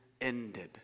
ended